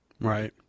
Right